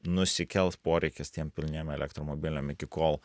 nusikels poreikis tiem pilniem elektromobiliam iki kol